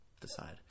decide